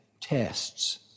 tests